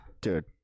Dude